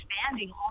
expanding